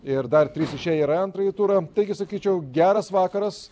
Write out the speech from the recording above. ir dar trys iš čia yra antrąjį turą taigi sakyčiau geras vakaras